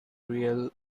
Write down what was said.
real